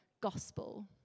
gospel